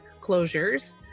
closures